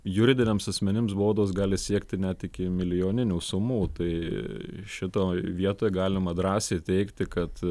juridiniams asmenims baudos gali siekti net iki milijoninių sumų tai šitoj vietoj galima drąsiai teigti kad